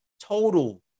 total